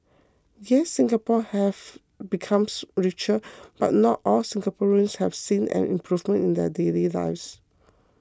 yes Singapore has becomes richer but not all Singaporeans have seen an improvement in their daily lives